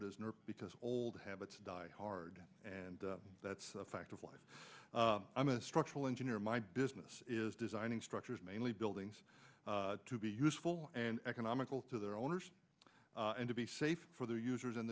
as because old habits die hard and that's a fact of life i'm a structural engineer my business is designing structures mainly buildings to be useful and economical to their owners and to be safe for their users and